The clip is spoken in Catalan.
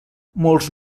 molts